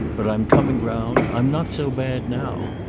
but i'm coming round i'm not so bad now.